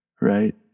right